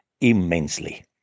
immensely